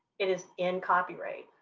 it is in copyright.